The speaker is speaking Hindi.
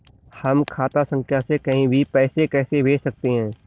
हम खाता संख्या से कहीं भी पैसे कैसे भेज सकते हैं?